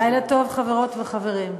לילה טוב, חברות וחברים,